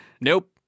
Nope